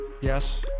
yes